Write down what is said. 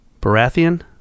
Baratheon